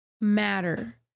matter